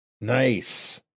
nice